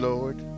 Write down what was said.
Lord